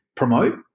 promote